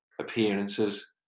appearances